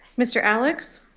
mr. alex.